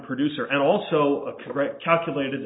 producer and also a correct calculated